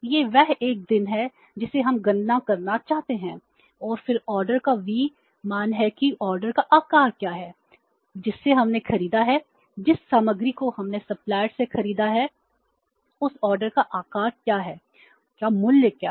यह वह 1 है जिसे हम गणना करना चाहते हैं और फिर ऑर्डर का V मान है कि ऑर्डर है